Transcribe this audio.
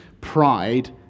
pride